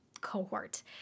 cohort